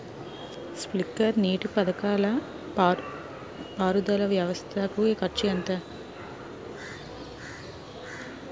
Sprinkler నీటిపారుదల వ్వవస్థ కు ఖర్చు ఎంత?